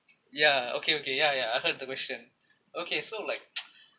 ya okay okay ya ya I heard the question okay so like